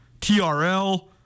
TRL